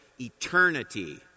eternity